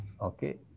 Okay